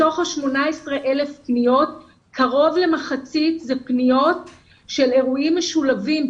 מתוך ה-18,000 פניות קרוב למחצית הן פניות של אירועים משולבים,